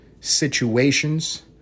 situations